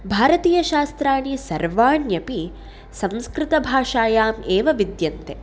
भारतीयशास्त्राणि सर्वाण्यपि संस्कृतभाषायाम् एव विद्यन्ते